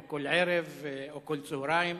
כל ערב או כל צהריים.